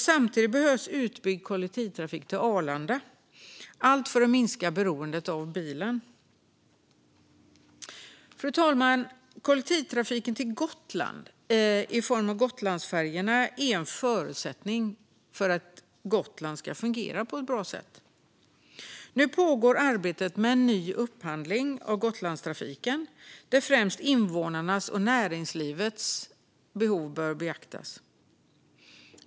Samtidigt behövs utbyggd kollektivtrafik till Arlanda - allt för att minska beroendet av bilen. Fru talman! Kollektivtrafiken till Gotland i form av Gotlandsfärjorna är en förutsättning för att Gotland ska fungera på ett bra sätt. Nu pågår arbetet med en ny upphandling av Gotlandstrafiken, där främst invånarnas och näringslivets behov bör beaktas.